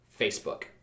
Facebook